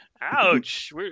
Ouch